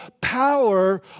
power